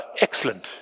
Excellent